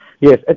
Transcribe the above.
yes